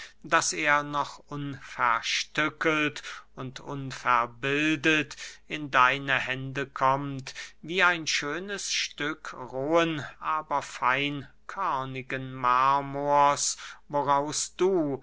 daß er noch unverstückelt und unverbildet in deine hände kommt wie ein schönes stück rohen aber feinkörnigen marmors woraus du